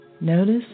Notice